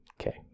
Okay